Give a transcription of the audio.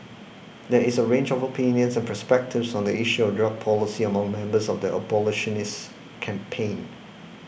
there is a range of opinions and perspectives on the issue drug policy among members of the abolitionist campaign